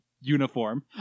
uniform